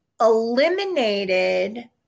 eliminated